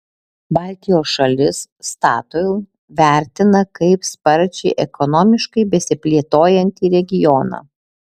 baltijos šalis statoil vertina kaip sparčiai ekonomiškai besiplėtojantį regioną